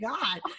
God